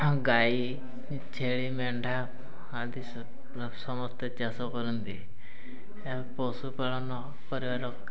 ଗାଈ ଛେଳି ମେଣ୍ଢା ଆଦି ସମସ୍ତେ ଚାଷ କରନ୍ତି ଏହା ପଶୁପାଳନ କରିବାର